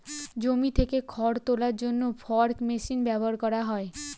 জমি থেকে খড় তোলার জন্য ফর্ক মেশিন ব্যবহার করা হয়